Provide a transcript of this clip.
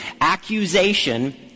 Accusation